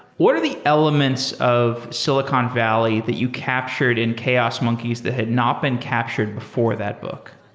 what are the elements of silicon valley that you captured in chaos monkeys that had not been captured before that book?